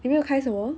你没有开什么